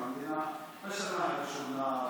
המדינה בשנה הראשונה,